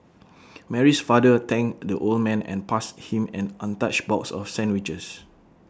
Mary's father thanked the old man and passed him an untouched box of sandwiches